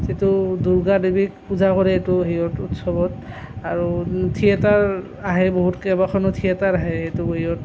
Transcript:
যিটো দুৰ্গা দেৱীক পূজা কৰে সেইটো হেৰিয়ত উৎসৱত আৰু থিয়েটাৰ আহে বহুত কেইবাখনো থিয়েটাৰ আহে ইয়াটো হেৰিয়ত